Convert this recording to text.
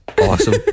awesome